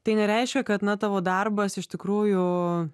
tai nereiškia kad na tavo darbas iš tikrųjų